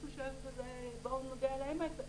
בואו נודה על האמת,